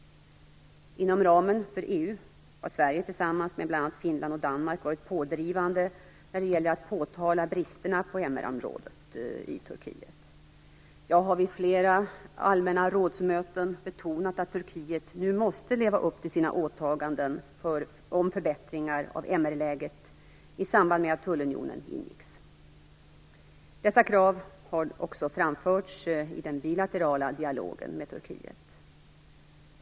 Inom ramen för EU har Sverige tillsammans med bl.a. Finland och Danmark varit pådrivande när det gäller att påtala bristerna på MR-området i Turkiet. Jag har vid flera allmänna rådsmöten betonat att Turkiet nu måste leva upp till sina åtaganden om förbättringar av MR-läget i samband med att tullunionen ingicks. Dessa krav har också framförts i den bilaterala dialogen med Turkiet.